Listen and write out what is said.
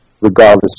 regardless